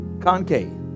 concave